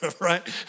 right